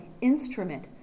instrument